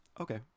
okay